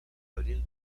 abril